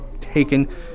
taken